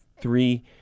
three